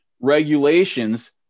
regulations